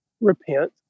repent